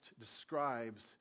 describes